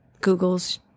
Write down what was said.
Google's